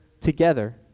together